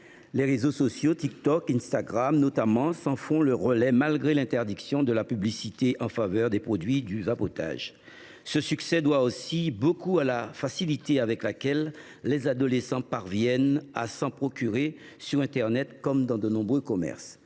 Les réseaux sociaux, TikTok et Instagram notamment, s’en font le relais malgré l’interdiction de la publicité en faveur des produits du vapotage. Leur succès doit aussi beaucoup à la facilité avec laquelle les adolescents parviennent à se procurer ces produits, sur internet comme dans de nombreux commerces.